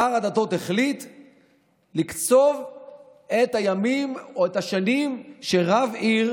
שר הדתות החליט לקצוב את הימים או את השנים שרב עיר